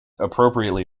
appropriately